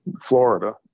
Florida